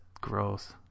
gross